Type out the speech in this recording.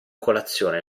colazione